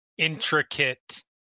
intricate